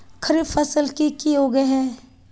खरीफ फसल की की उगैहे?